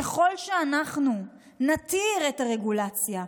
ככל שאנחנו נתיר את הרגולציה,